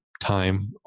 time